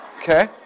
Okay